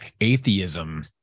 atheism